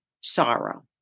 sorrow